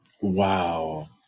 Wow